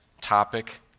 topic